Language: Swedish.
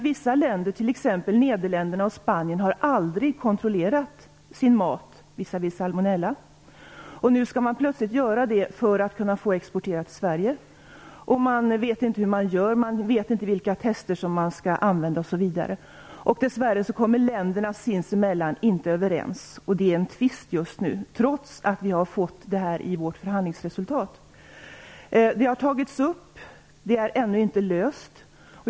Vissa länder, t.ex. Nederländerna och Spanien, har aldrig kontrollerat sin mat visavi salmonella, och nu skall man där plötsligt göra det för att få exportera till Sverige. Man vet inte hur man skall göra, vilka tester man skall utföra osv. Dessvärre kommer länderna dessutom sinsemellan inte överens. Det är just nu en tvist, trots att vi har fått in detta i vårt förhandlingsresultat. Problemet har tagits upp men är ännu inte löst.